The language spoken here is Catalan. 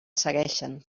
segueixen